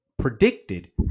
Predicted